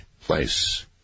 place